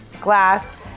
glass